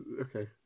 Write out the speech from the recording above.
okay